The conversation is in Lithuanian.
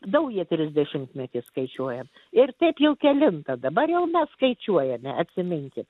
naują trisdešimtmetį skaičiuojam ir taip jau kelintą dabar jau mes skaičiuojame atsiminkit